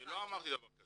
לא אמרתי דבר כזה.